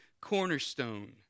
cornerstone